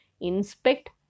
inspect